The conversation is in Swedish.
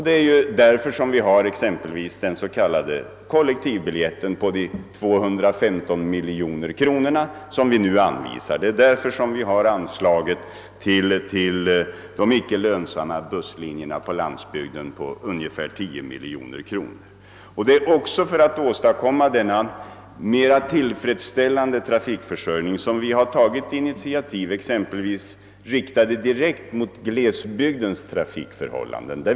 Det är av det skälet som riksdagen t.ex. anvisat 215 miljoner kronor till den s.k. kollektivbiljetten och ungefär 10 miljoner kronor till de icke lönsamma busslinjerna på landsbygden. Det är också för att åstadkomma en mer tillfredsställande trafikförsörjning som vi tagit initiativ som direkt riktar sig mot glesbygdens trafikförhållanden.